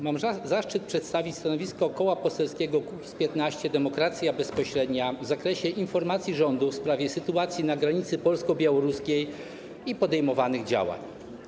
Mam zaszczyt przedstawić stanowisko Koła Poselskiego Kukiz’15 - Demokracja Bezpośrednia w sprawie informacji rządu w sprawie sytuacji na granicy polsko-białoruskiej i podejmowanych działań.